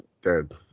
dead